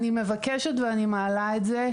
אני מבקשת ואני מעלה את זה,